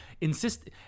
insist